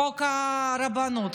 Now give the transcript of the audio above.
חוק הרבנות,